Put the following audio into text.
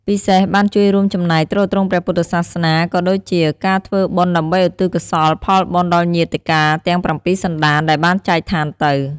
ពិសេសបានជួយរួមចំណែកទ្រទ្រង់ព្រះពុទ្ធសាសនា ក៏ដូចជាការធ្វើបុណ្យដើម្បីឧទ្ទិសកុសលផលបុណ្យដល់ញាតិកាទាំងប្រាំពីរសន្តានដែលបានចែកឋានទៅ។